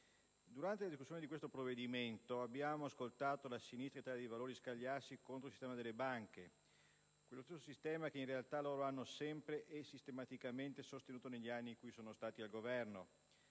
Durante la discussione generale di questo provvedimento, abbiamo ascoltato la sinistra e l'Italia dei Valori scagliarsi contro il sistema delle banche, quello stesso sistema che, in realtà, loro hanno sempre e sistematicamente sostenuto negli anni in cui sono stati al Governo.